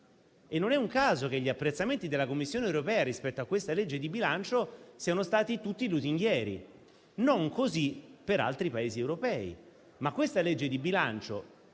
E non è un caso che gli apprezzamenti della Commissione europea rispetto a questa legge di bilancio siano stati tutti lusinghieri, non così per altri Paesi europei.